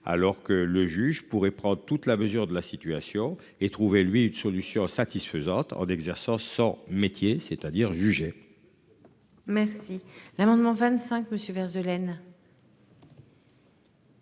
alors que le juge pourrait prendre toute la mesure de la situation et trouver lui une solution satisfaisante en exerçant son métier c'est-à-dire jugé. Merci l'amendement 25, monsieur